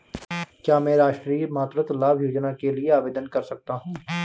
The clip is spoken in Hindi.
क्या मैं राष्ट्रीय मातृत्व लाभ योजना के लिए आवेदन कर सकता हूँ?